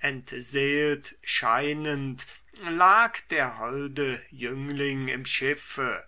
entseelt scheinend lag der holde jüngling im schiffe